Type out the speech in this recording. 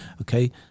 Okay